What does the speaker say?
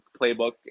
playbook